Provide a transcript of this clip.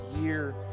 year